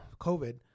COVID